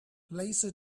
laser